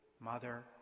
mother